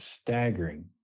staggering